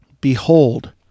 Behold